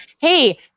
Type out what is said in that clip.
hey